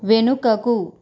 వెనుకకు